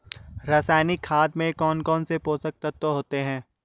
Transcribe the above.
रासायनिक खाद में कौन कौन से पोषक तत्व होते हैं?